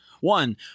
one